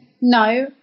no